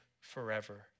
forever